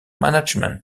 management